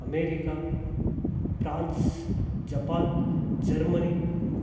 America France Japan Germany